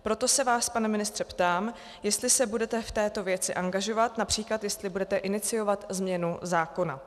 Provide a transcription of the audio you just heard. Proto se vás, pane ministře, ptám, jestli se budete v této věci angažovat, například jestli budete iniciovat změnu zákona.